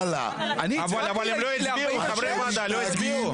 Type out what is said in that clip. אבל חברי הוועדה לא הצביעו.